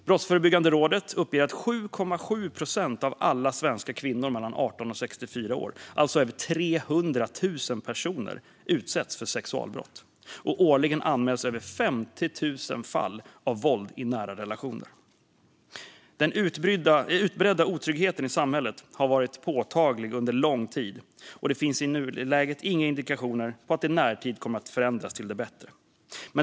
Brottsförebyggande rådet uppger att 7,7 procent av alla svenska kvinnor mellan 18 och 64 år, alltså över 300 000 personer, utsätts för sexualbrott, och årligen anmäls över 50 000 fall av våld i nära relationer. Den utbredda otryggheten i samhället har varit påtaglig under lång tid, och det finns i nuläget inga indikationer på att det i närtid kommer att förändras till det bättre.